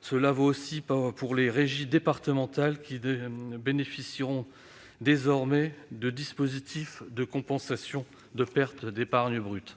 Cela vaut aussi pour les régies départementales, qui bénéficieront désormais du dispositif de compensation des pertes d'épargne brute.